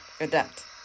adapt